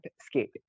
skate